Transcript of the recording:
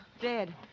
dead